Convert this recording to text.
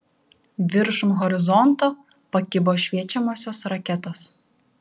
viršum horizonto pakibo šviečiamosios raketos